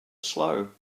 slow